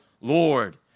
Lord